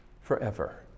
forever